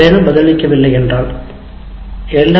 எவரேனும் பதிலளிக்கவில்லை என்றால் எல்